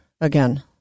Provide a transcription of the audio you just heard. again